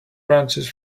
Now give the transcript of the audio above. branches